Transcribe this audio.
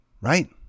right